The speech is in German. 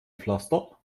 pflaster